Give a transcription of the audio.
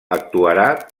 actuarà